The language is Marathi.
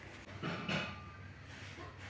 किनारपट्टीवर काही मोती देखील आढळतात